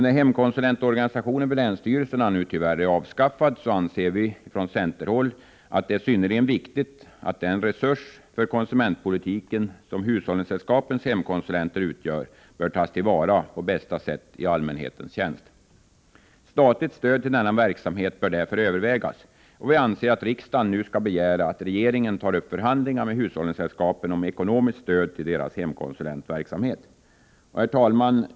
När hemkonsulentorganisationen vid länsstyrelserna nu tyvärr är avskaffad anser vi från centerhåll att det är synnerligen viktigt att den resurs som hushållningssällskapens hemkonsulenter utgör för konsumentpolitiken bör tas till vara på bästa sätt i allmänhetens tjänst. Statligt stöd till denna verksamhet bör därför övervägas. Vi anser att riksdagen nu skall begära att regeringen tar upp förhandlingar med hushållningssällskapen om ekonomiskt stöd till deras hemkonsulentverksamhet. Herr talman!